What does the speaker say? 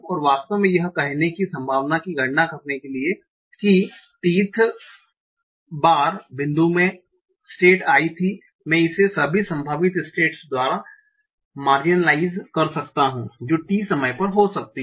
और वास्तव में यह कहने की संभावना की गणना करने के लिए कि t th बार बिंदु मे स्टेट i थी मैं इसे सभी संभावित स्टेट्स द्वारा मार्जिनलाइज़ कर सकता हूं जो t समय पर हो सकती हैं